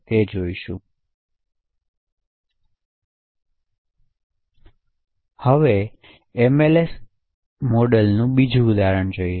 તેથી હવે MLS મોડેલનું બીજું ઉદાહરણ જોઇયે